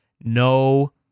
no